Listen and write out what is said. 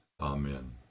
amen